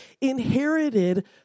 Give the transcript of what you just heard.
inherited